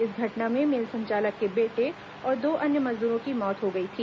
इस घटना में मिल संचालक के बेटे और दो अन्य मजदूरों की मौत हो गई थी